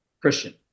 Christian